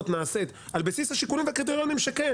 נעשית על בסיס השיקולים והקריטריונים שכן,